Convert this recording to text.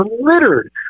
littered